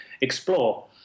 explore